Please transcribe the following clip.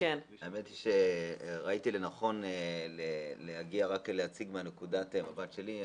ראיתי לנכון להגיע להציג מנקודת המבט שלי.